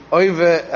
over